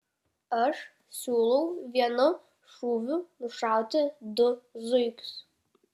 aš siūlau vienu šūviu nušauti du zuikius